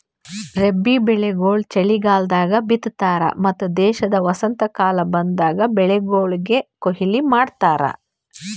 ರಬ್ಬಿ ಬೆಳಿಗೊಳ್ ಚಲಿಗಾಲದಾಗ್ ಬಿತ್ತತಾರ್ ಮತ್ತ ದೇಶದ ವಸಂತಕಾಲ ಬಂದಾಗ್ ಬೆಳಿಗೊಳಿಗ್ ಕೊಯ್ಲಿ ಮಾಡ್ತಾರ್